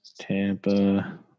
Tampa